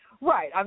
Right